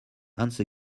once